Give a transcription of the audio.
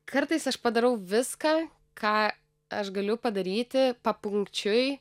kartais aš padarau viską ką aš galiu padaryti papunkčiui